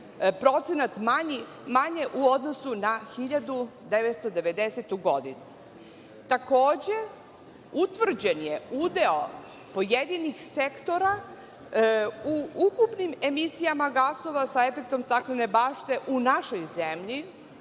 oko 25,1% manje u odnosu na 1990. godinu. Takođe, utvrđen je udeo pojedinih sektora u ukupnim emisijama gasova sa efektom staklene bašte u našoj zemlji,